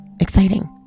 exciting